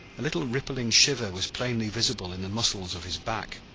a little rippling shiver was plainly visible in the muscles of his back,